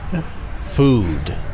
Food